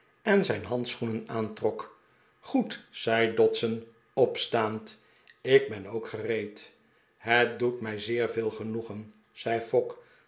en zijn handschoenen aantrok goed zei dodson opstaand ik ben ook gereed het doet mij zeer veel genoegen zei